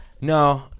No